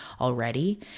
already